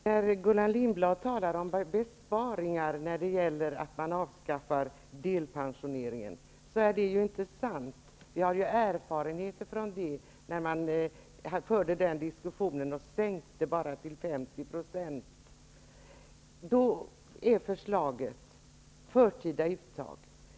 Fru talman! Gullan Lindblad talar om besparingar när man avskaffar delpensioneringen, men det är ju inte sant. Vi har erfarenheter från den tid när man förde en sådan diskussion och sänkte till 50 %. Då är förslaget förtida uttag.